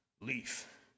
leaf